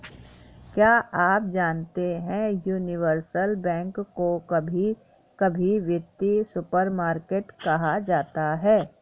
क्या आप जानते है यूनिवर्सल बैंक को कभी कभी वित्तीय सुपरमार्केट कहा जाता है?